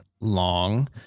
long